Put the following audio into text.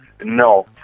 No